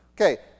Okay